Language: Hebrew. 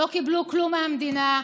לא קיבלו כלום מהמדינה,